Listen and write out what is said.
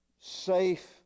safe